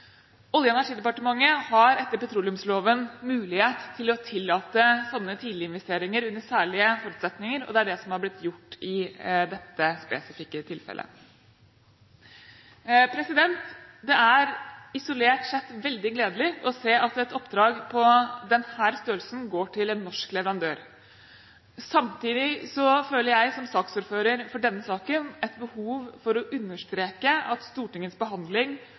Olje- og energidepartementet har etter petroleumsloven mulighet til å tillate slike tidlige investeringer under særlige forutsetninger. Det er det som er blitt gjort i dette spesifikke tilfellet. Det er isolert sett veldig gledelig å se at et oppdrag av denne størrelse går til en norsk leverandør. Samtidig føler jeg, som ordfører for denne saken, behov for å understreke at Stortingets behandling